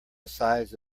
size